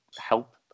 help